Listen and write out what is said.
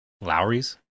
Lowry's